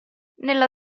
nella